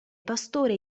pastore